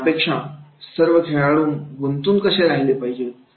यापेक्षा सर्व खेळामध्ये गुंतून राहिले पाहिजेत